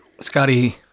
Scotty